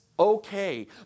Okay